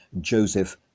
Joseph